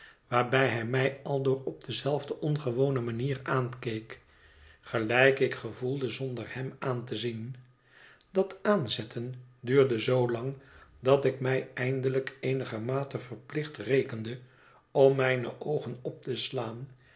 waarbij hij mij aldoor op dezelfde ongewone manier aankeek gelijk ik gevoelde zonder hem aan te zien dat aanzetten duurde zoo lang dat ik mij eindelijk eenigermate verplicht rekende om mijne oogen op te slaan